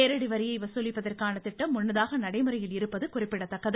நேரடி வரியை வசூலிப்பதற்கான திட்டம் முன்னதாக நடைமுறையில் இருப்பது குறிப்பிடத்தக்கது